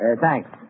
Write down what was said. Thanks